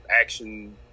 action